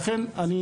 בנוסף אני מבקש